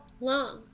long